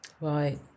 Right